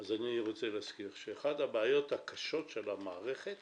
אני רוצה להזכיר שאחת הבעיות הקשות של המערכת